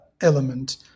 element